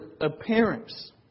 appearance